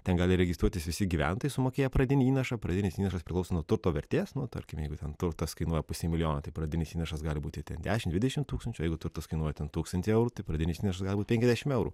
ten gali registruotis visi gyventojai sumokėję pradinį įnašą pradinis įnašas priklauso nuo turto vertės nu tarkim jeigu ten turtas kainuoja pusę milijono tai pradinis įnašas gali būti ten dešimt dvidešimt tūkstančių jeigu turtas kainuoja ten tūkstantį eurų tai pradinis įnašas gali būt poenkiasdešimt eurų